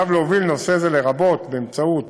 ועליו להוביל נושא זה, לרבות באמצעות